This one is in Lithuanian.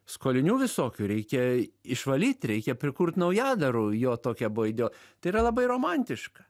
skolinių visokių reikia išvalyt reikia prikurt naujadarų jo tokia buvo idėja tai yra labai romantiška